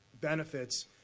benefits